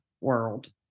world